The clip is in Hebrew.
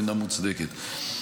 אינה מוצדקת.